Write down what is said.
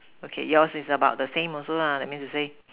okay yours is about the same also lah that means to say